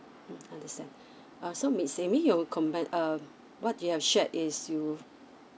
mm understand uh so miss amy you comment um what you have shared is you